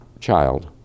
child